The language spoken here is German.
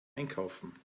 einkaufen